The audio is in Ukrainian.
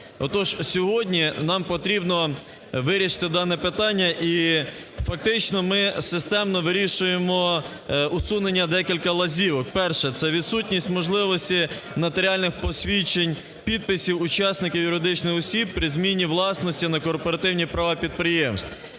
сьогодні нам потрібно вирішити дане питання, і, фактично, ми системно вирішуємо усунення декількох лазівок. Перше. Це відсутність можливості нотаріальних посвідчень підписів учасників юридичних осіб при зміні власності на корпоративні права підприємств,